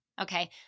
Okay